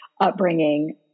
upbringing